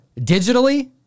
digitally